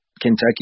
Kentucky